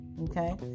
okay